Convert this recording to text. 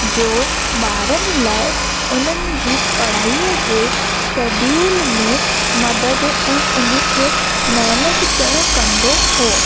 जो ॿारनि लाइ उन्हनि जी पढ़ाईअ जे शैडियूल में मदद ऐं उन खे मैनज पिणु कंदो हो